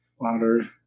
water